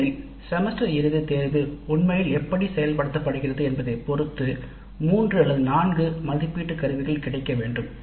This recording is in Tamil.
ஏனெனில் செமஸ்டர் இறுதி தேர்வு உண்மையில் எப்படி இருக்கிறது என்பதைப் பொறுத்து மூன்று அல்லது நான்கு மதிப்பீட்டு கருவிகள் கிடைக்க வேண்டும்